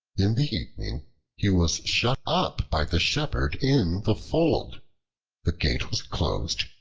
in the evening he was shut up by the shepherd in the fold the gate was closed,